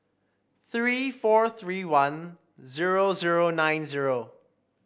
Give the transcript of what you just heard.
three four three one zero zero nine zero